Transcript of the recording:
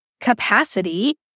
capacity